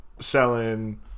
selling